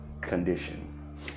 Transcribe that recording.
condition